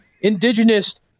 indigenous